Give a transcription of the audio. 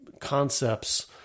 concepts